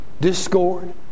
discord